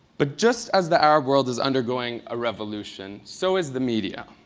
but just as the arab world is undergoing a revolution, so is the media.